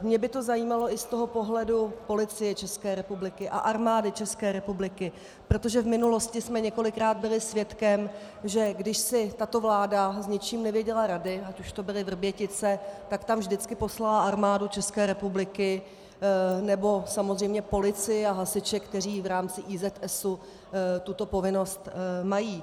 Mě by to zajímalo i z pohledu Policie České republiky a Armády České republiky, protože v minulosti jsme několikrát byli svědkem, že když si tato vláda s něčím nevěděla rady, ať už to byly Vrbětice, tak tam vždycky poslala Armádu České republiky nebo samozřejmě policii a hasiče, kteří v rámci IZS tuto povinnost mají.